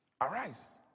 arise